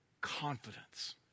confidence